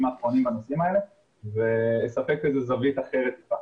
האחרונים בנושאים האלה ונספק זווית אחרת קצת.